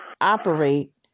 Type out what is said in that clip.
operate